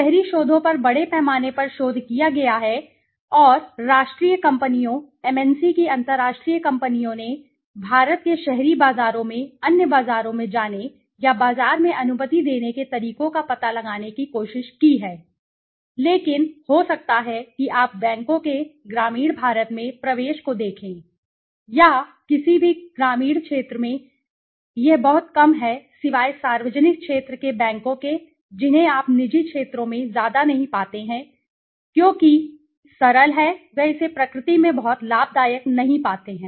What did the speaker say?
शहरी शोधों पर बड़े पैमाने पर शोध किया गया है और राष्ट्रीय कंपनियों MNC की अंतर्राष्ट्रीय कंपनियों ने भारत के शहरी बाजारों में अन्य बाजारों में जाने या बाजार में अनुमति देने के तरीकों का पता लगाने की कोशिश की है लेकिन हो सकता है कि आप बैंकों के ग्रामीण भारत में प्रवेश को देखें या किसी भी ग्रामीण क्षेत्र में यह बहुत कम है सिवाय सार्वजनिक क्षेत्र के बैंकों के जिन्हें आप निजी क्षेत्रों में ज्यादा नहीं पाते हैं क्योंकि सरल है वे इसे प्रकृति में बहुत लाभदायक नहीं पाते हैं